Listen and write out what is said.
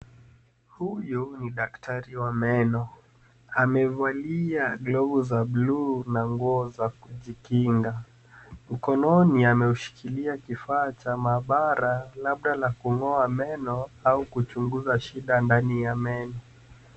Huyu ni daktari wa meno. Amevalia glovu za buluu na nguo za kujikinga. Mkononi ameushikilia kifaa cha maabara labda la kung'oa meno au kuchunguza shida ndani ya meno.